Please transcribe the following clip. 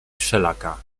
wszelaka